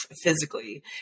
physically